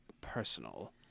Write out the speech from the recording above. personal